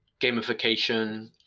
gamification